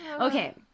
Okay